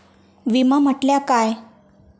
विमा म्हटल्या काय?